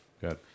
Good